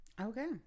Okay